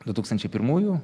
du tūkstančiai pirmųjų